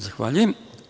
Zahvaljujem.